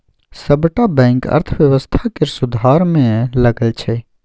सबटा बैंक अर्थव्यवस्था केर सुधार मे लगल छै